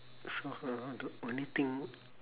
so for her the only thing